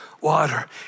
water